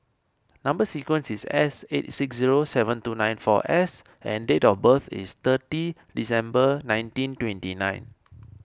Number Sequence is S eight six zero seven two nine four S and date of birth is thirty December nineteen twenty nine